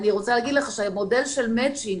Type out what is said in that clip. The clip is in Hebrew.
אני רוצה לומר לך שהמודל של מצ'ינג